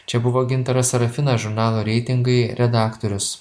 čia buvo gintaras sarafinas žurnalo reitingai redaktorius